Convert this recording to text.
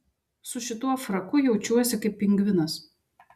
su šituo fraku jaučiuosi kaip pingvinas